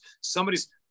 somebody's